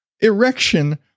erection